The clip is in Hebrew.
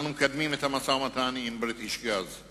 אנחנו מקדמים את המשא-ומתן עם "בריטיש גז";